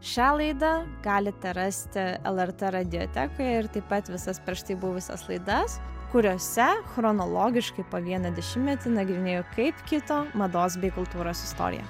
šią laidą galite rasti lrt radiotekoje ir taip pat visas prieš tai buvusias laidas kuriose chronologiškai po vieną dešimtmetį nagrinėju kaip kito mados bei kultūros istorija